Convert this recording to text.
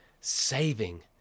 saving